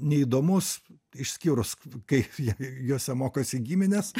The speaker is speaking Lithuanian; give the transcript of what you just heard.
neįdomus išskyrus kai juose mokosi giminės